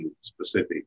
specific